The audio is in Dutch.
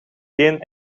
geen